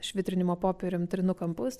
švitrinimo popierium trinu kampus